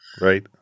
right